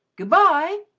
good-bye!